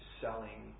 selling